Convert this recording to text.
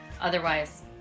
Otherwise